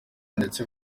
ndetse